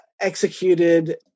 executed